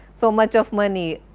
so much of money,